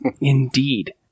Indeed